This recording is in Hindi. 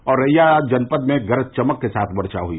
औरैया जनपद में गरज चमक के साथ वर्षा हुई